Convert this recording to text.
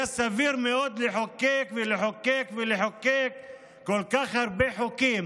היה סביר מאוד לחוקק ולחוקק ולחוקק כל כך הרבה חוקים